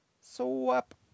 Swap